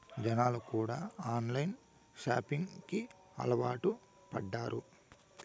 జనాలు కూడా online shopping కి అలవాటు పడ్డారు